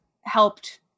helped